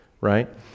right